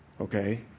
Okay